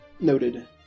Noted